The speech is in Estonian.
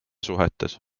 suhetes